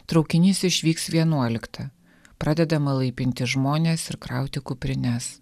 traukinys išvyks vienuoliktą pradedama laipinti žmones ir krauti kuprines